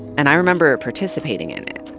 and i remember participating in it,